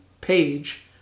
page